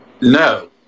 no